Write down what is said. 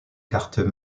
cartes